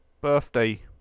Birthday